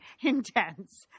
intense